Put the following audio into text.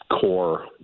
core